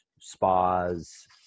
spas